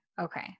Okay